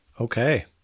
Okay